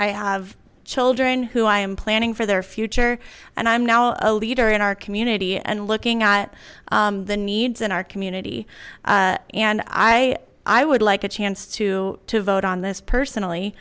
i have children who i am planning for their future and i'm now a leader in our community and looking at the needs in our community and i i would like a chance to to vote on this personally